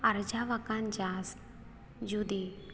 ᱟᱨᱡᱟᱣ ᱟᱠᱟᱱ ᱪᱟᱥ ᱡᱩᱫᱤ